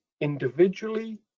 individually